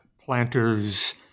planters